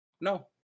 No